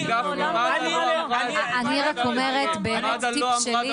אני רק אומרת, באמת, טיפ שלי.